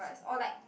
or like